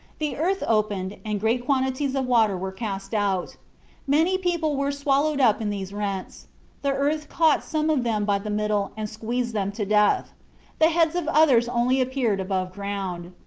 the earth opened, and great quantities of water were cast out many people were swallowed up in these rents the earth caught some of them by the middle and squeezed them to death the heads of others only appeared above-ground.